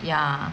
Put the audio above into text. ya